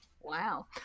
Wow